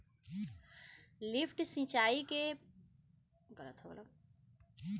lift सिंचाई से पानी के प्राकृतिक बहाव से ना ले जा सकल जाला